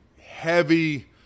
heavy